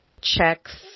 checks